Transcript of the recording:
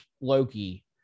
Loki